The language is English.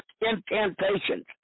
incantations